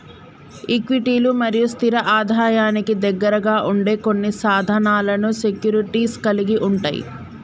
ఈక్విటీలు మరియు స్థిర ఆదాయానికి దగ్గరగా ఉండే కొన్ని సాధనాలను సెక్యూరిటీస్ కలిగి ఉంటయ్